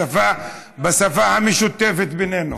לא, אני רוצה לקבל את פניו בשפה המשותפת לנו.